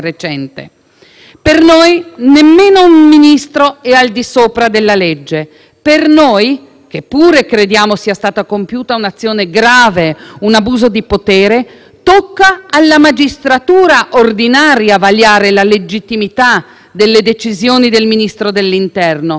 che pure crediamo sia stata compiuta una violazione grave, un abuso di potere, tocca alla magistratura ordinaria vagliare la legittimità delle decisioni del Ministro dell'interno. Non tocca a noi sostituirci alla magistratura e dichiarare prosciolto Salvini.